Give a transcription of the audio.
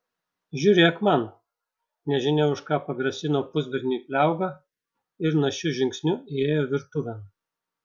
žiūrėk man nežinia už ką pagrasino pusberniui pliauga ir našiu žingsniu įėjo virtuvėn